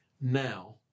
now